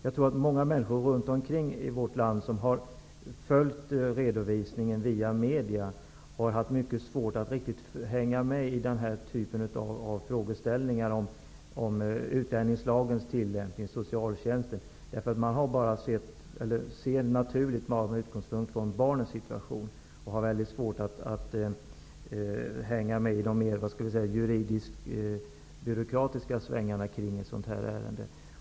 Jag tror att många människor runt om i vårt land som via medierna har följt redovisningen i det här fallet har haft mycket svårt att riktigt hänga med i den här typen av frågeställningar rörande utlänningslagens tillämpning och socialtjänsten -- man ser fallet endast med utgångspunkt i barnets situation och har väldigt svårt att hänga med i de juridisk-byråkratiska svängarna i ett sådant här ärende.